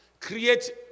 Create